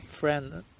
friend